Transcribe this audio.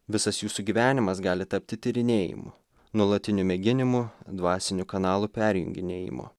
visas jūsų gyvenimas gali tapti tyrinėjimu nuolatiniu mėginimu dvasiniu kanalų perjunginėjimu